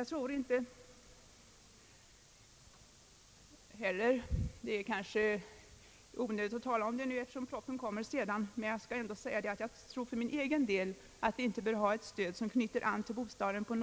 Det är kanske onödigt att tala om denna fråga nu, eftersom propositionen kommer senare, men jag vill ändå säga att jag för min del inte anser att vi bör ha ett stöd som på något sätt knyter an tili bostaden, t.ex.